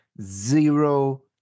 zero